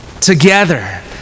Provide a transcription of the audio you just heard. together